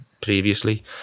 previously